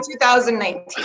2019